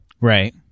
Right